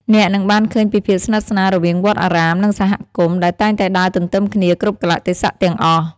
អ្នកនឹងបានឃើញពីភាពស្និទ្ធស្នាលរវាងវត្តអារាម និងសហគមន៍ ដែលតែងតែដើរទន្ទឹមគ្នាគ្រប់កាលៈទេសៈទាំងអស់។